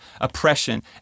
oppression